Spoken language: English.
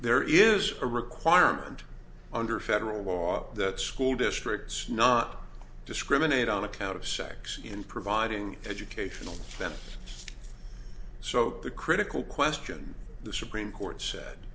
there is a requirement under federal law that school districts not discriminate on account of sex in providing educational benefits so the critical question the supreme court said